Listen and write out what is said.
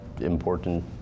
important